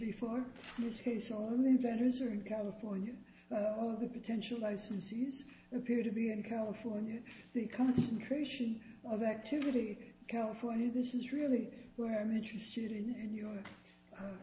before this case only vendors are in california or the potential licensees appear to be in california the concentration of activity california this is really where i'm interested in your